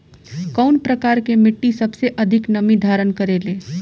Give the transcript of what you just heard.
कउन प्रकार के मिट्टी सबसे अधिक नमी धारण करे ले?